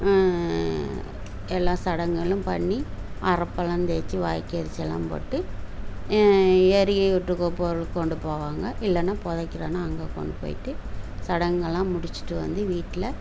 எல்லா சடங்குகளும் பண்ணி அரப்பெல்லாம் தேய்ச்சி வாய்க்கு அரிசி எல்லாம் போட்டு ஏரி வீட்டுக்கு போகிறதுக்கு கொண்டு போவாங்க இல்லைன்னா புதைக்கிறனா அங்கே கொண்டு போய்ட்டு சடங்குகள்லாம் முடிச்சிட்டு வந்து வீட்டில